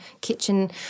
kitchen